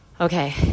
Okay